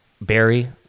Barry